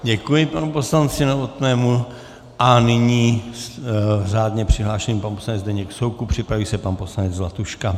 Děkuji panu poslanci Novotnému a nyní řádně přihlášený pan poslanec Zdeněk Soukup, připraví se pan poslanec Zlatuška.